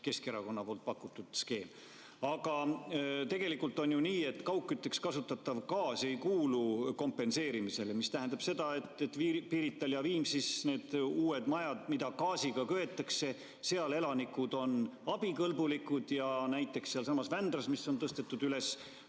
Keskerakonna pakutud skeem. Aga tegelikult on ju nii, et kaugkütteks kasutatav gaas ei kuulu kompenseerimisele, mis tähendab seda, et Pirital ja Viimsis uutes majades, mida gaasiga köetakse, elanikud on abikõlblikud, aga näiteks sealsamas Vändras – seda teemat on üles